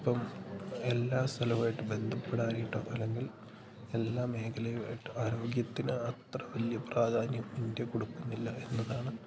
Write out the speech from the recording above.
അപ്പം എല്ലാ സ്ഥലവായിട്ട് ബന്ധപ്പെടായിട്ടോ അല്ലെങ്കിൽ എല്ലാ മേഖലയും ആയിട്ടോ ആരോഗ്യത്തിന് അത്ര വലിയ പ്രാധാന്യം ഇന്ത്യ കൊടുക്കുന്നില്ല എന്നതാണ്